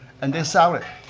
and they sell it,